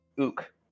Ook